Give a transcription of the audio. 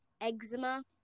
Eczema